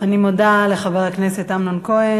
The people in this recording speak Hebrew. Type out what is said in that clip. אני מודה לחבר הכנסת אמנון כהן.